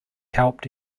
helped